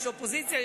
יש אופוזיציה,